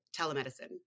telemedicine